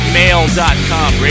mail.com